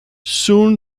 soon